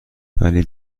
ولی